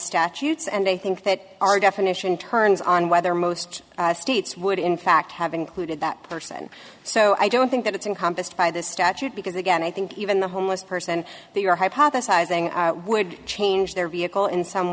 statutes and i think that our definition turns on whether most states would in fact have included that person so i don't think that it's incompetent by this statute because again i think even the homeless person they are hypothesizing would change their vehicle in some